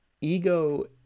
ego